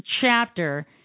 chapter